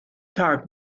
tag